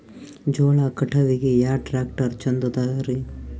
ಜೋಳ ಕಟಾವಿಗಿ ಯಾ ಟ್ಯ್ರಾಕ್ಟರ ಛಂದದರಿ?